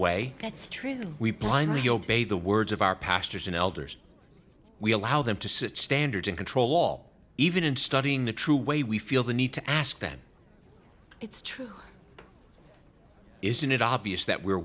true we blindly obey the words of our pastors and elders we allow them to sit standards and control all even in studying the true way we feel the need to ask them it's true isn't it obvious that we're